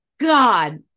God